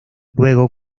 luego